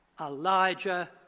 Elijah